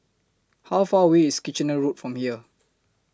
How Far away IS Kitchener Road from here